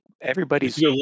everybody's